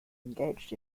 engaged